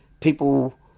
People